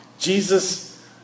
Jesus